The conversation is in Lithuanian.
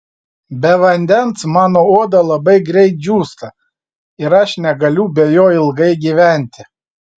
be vandens mano oda labai greit džiūsta ir aš negaliu be jo ilgai gyventi